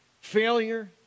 failure